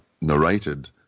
narrated